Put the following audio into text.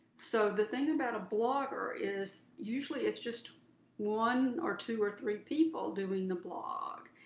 so the thing about a blogger is, usually, it's just one or two or three people doing the blog.